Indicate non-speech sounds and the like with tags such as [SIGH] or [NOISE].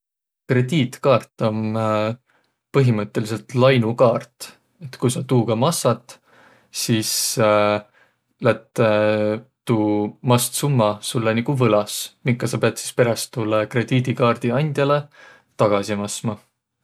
Kreeditkaart om põhimõttõlisõlt lainukaart. Et ku saq tuuga massat sis [HESITATION] lätt [HESITATION] tuu mast summa sullõ nigu võlas, minkä saq piät sis peräst toolõ kreedidikaardi andjalõ tagasi masma.